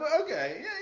okay